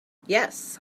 yes